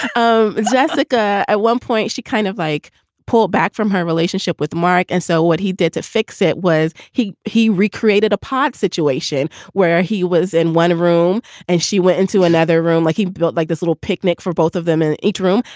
um jessica, at one point, she kind of like pull it back from her relationship with mark. and so what he did to fix it was he he re-created a pot situation where he was in one room and she went into another room like he built like this little picnic for both of them in each room.